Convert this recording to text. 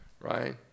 right